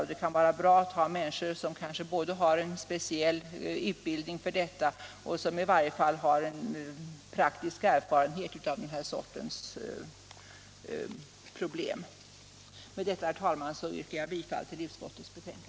Och det kan vara bra att handläggningen av sådana mål sköts av människor med speciell utbildning härför, eller som i varje fall har praktiska erfarenheter av den här sortens problem. Herr talman! Med det anförda yrkar jag bifall till utskottets hemställan.